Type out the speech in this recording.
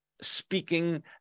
speaking